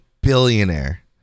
billionaire